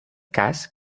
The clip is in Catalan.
cas